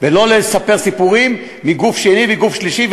ולא לספר סיפורים מגוף שני לגוף שלישי,